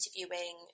interviewing